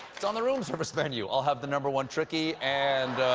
it's on the room service menu i'll have the number one tricky and